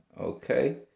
Okay